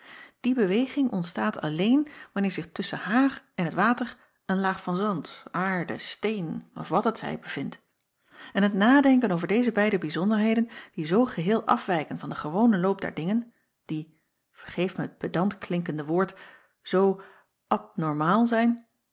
ie beweging ontstaat alleen wanneer zich tusschen haar en het water een laag van zand aarde steen of wat het zij bevindt n het nadenken over deze beide bijzonderheden die zoo geheel afwijken van den gewonen loop der dingen die vergeef mij het pedantklinkende woord zoo abnormaal zijn